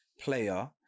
player